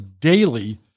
daily